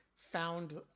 found